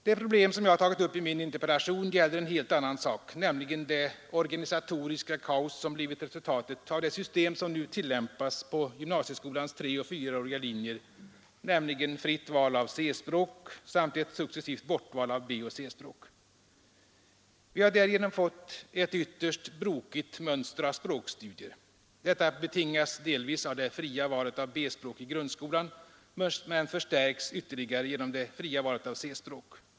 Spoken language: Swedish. Det problem som jag har tagit upp i min interpellation gäller en helt annan sak, nämligen det organisatoriska kaos som har blivit resultatet av det system som nu tillämpas på gymnasieskolans treoch fyraåriga linjer med fritt val av C-språk samt ett successivt bortval av B och C-språk. Vi har därigenom fått ett ytterst brokigt mönster av språkstudier. Detta betingas delvis av det fria valet av B-språk i grundskolan men förstärks ytterligare genom det fria valet av C-språk.